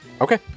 Okay